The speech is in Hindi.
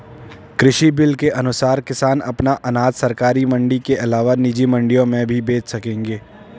कृषि बिल के अनुसार किसान अपना अनाज सरकारी मंडी के अलावा निजी मंडियों में भी बेच सकेंगे